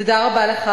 תודה רבה לך.